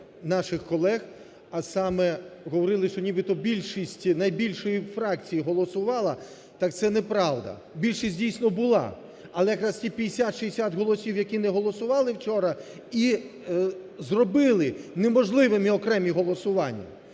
наших колег, а саме говорили, що нібито більшість найбільшої фракції голосувала, так це не правда. Більшість дійсно була, але як раз ці 50-60 голосів, які не голосували вчора, і зробили неможливими окремі голосування.